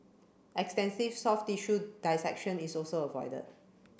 extensive soft tissue dissection is also avoided